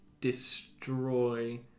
destroy